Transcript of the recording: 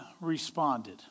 responded